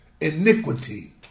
Iniquity